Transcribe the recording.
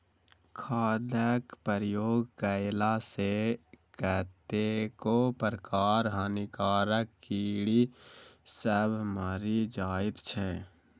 खादक प्रयोग कएला सॅ कतेको प्रकारक हानिकारक कीड़ी सभ मरि जाइत छै